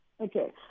Okay